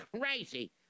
crazy